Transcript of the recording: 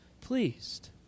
pleased